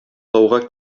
тауга